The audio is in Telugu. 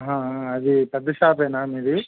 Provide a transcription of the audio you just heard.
అది పెద్ద షాపేనా మీది